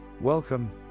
Welcome